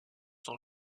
son